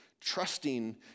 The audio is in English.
trusting